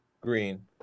Green